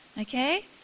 Okay